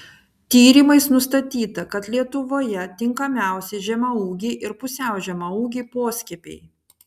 tyrimais nustatyta kad lietuvoje tinkamiausi žemaūgiai ir pusiau žemaūgiai poskiepiai